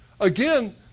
Again